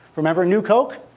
remember new coke?